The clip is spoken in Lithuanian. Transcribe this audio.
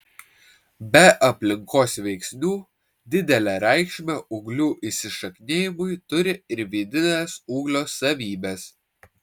be aplinkos veiksnių didelę reikšmę ūglių įsišaknijimui turi ir vidinės ūglio savybės